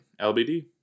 LBD